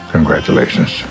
Congratulations